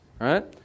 right